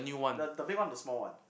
the the big one or the small one